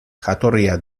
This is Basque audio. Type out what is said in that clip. jatorria